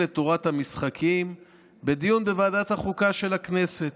לתורת המשחקים לדיון בוועדת החוקה של הכנסת.